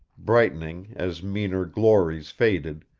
brightening as meaner glories faded,